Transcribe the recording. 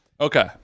Okay